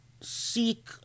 seek